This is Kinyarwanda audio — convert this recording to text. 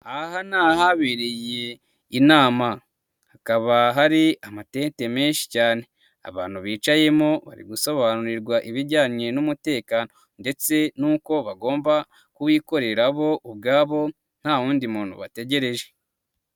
Aha n'ahabereye inama hakaba hari amatente menshi cyane, abantu bicayemo bari gusobanurirwa ibijyanye n'umutekano ndetse n'uko bagomba kuwikorera bo ubwabo nta wundi muntu bategereje.